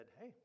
hey